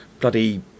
bloody